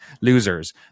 Losers